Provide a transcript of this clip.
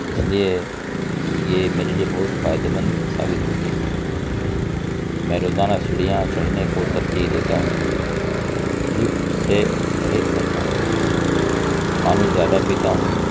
اس لیے یہ میرے لیے بہت فائدے مند ثابت ہوتی ہے میں روزانہ سیڑھیاں چڑھنے کو ترجیح دیتا ہوں لفٹ سے پرہیز کرتا ہوں پانی زیادہ پیتا ہوں